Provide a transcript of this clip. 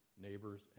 neighbors